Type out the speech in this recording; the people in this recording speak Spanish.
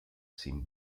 sin